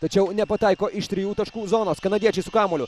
tačiau nepataiko iš trijų taškų zonos kanadiečiai su kamuoliu